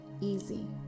easy